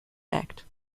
act